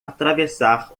atravessar